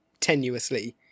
tenuously